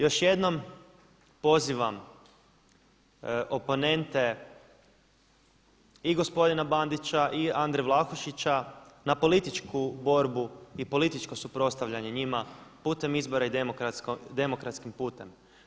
Još jednom pozivam oponente i gospodina Bandića i Andre Vlahušića na političku borbu i političko suprotstavljanje njima putem izbora i demokratskim putem.